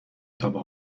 تابه